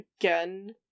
again